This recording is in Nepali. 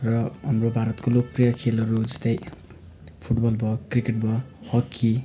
र हाम्रो भारतको लोकप्रिय खेलहरू जस्तै फुटबल भयो क्रिकेट भयो हकी